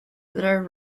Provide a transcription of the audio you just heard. their